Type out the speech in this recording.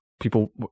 people